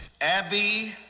Abby